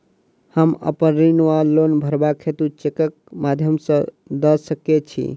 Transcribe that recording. हम अप्पन ऋण वा लोन भरबाक हेतु चेकक माध्यम सँ दऽ सकै छी?